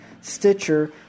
Stitcher